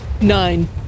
Nine